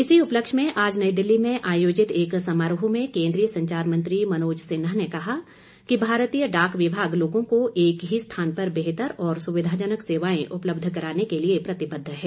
इसी उपलक्ष्य में आज नई दिल्ली में आयोजित एक समारोह में केन्द्रीय संचार मंत्री मनोज सिन्हा ने कहा है कि भारतीय डाक विभाग लोगों को एक ही स्थान पर बेहतर और सुविधाजनक सेवाएं उपलब्ध कराने के लिए प्रतिबद्ध है